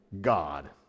God